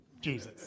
Jesus